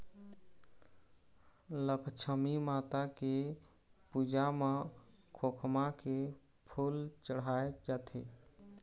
लक्छमी माता के पूजा म खोखमा के फूल चड़हाय जाथे